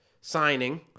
signing